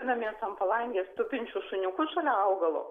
namie ant palangės tupinčius šuniukus šalia augalo